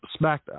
SmackDown